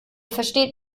versteht